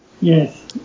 Yes